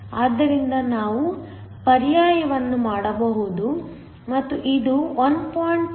ಆದ್ದರಿಂದ ನಾವು ಪರ್ಯಾಯವನ್ನು ಮಾಡಬಹುದು ಮತ್ತು ಇದು 1